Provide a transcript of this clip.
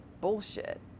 bullshit